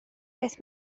beth